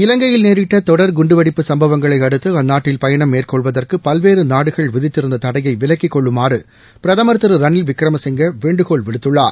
இலங்கையில் நேரிட்ட தொடர் குண்டுவெடிப்பு சம்பவங்களை அடுத்து அந்நாட்டில் பயணம் மேற்கொள்வதற்கு பல்வேறு நாடுகள் விதித்திருந்த தடையை விலக்கிக் கொள்ளுமாறு பிரதமர் திரு ரணில் விக்ரமசிங்கே வேண்டுகோள் விடுத்துள்ளார்